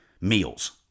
meals